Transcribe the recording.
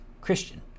Christian